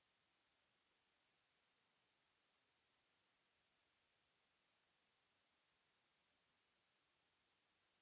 Merci